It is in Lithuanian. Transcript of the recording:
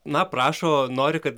na prašo nori kad